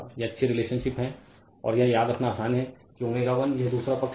ये अच्छे रिलेशनशिप हैं और यह याद रखना आसान है कि ω 1 यह दूसरा पक्ष है